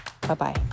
bye-bye